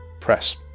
press